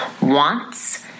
WANTS